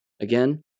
Again